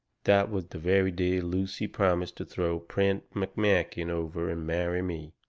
that was the very day lucy promised to throw prent mcmakin over and marry me.